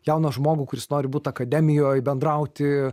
jauną žmogų kuris nori būt akademijoj bendrauti